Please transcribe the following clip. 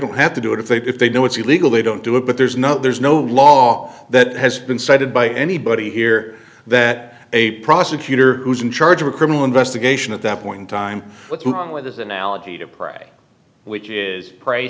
don't have to do it if they if they do it's illegal they don't do it but there's no there's no law that has been cited by anybody here that a prosecutor who's in charge of a criminal investigation at that point in time what's wrong with his analogy to pray which is pray